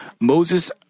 Moses